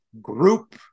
group